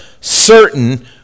certain